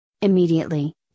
immediately